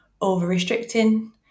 over-restricting